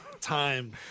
Time